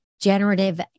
generative